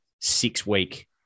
six-week